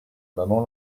maman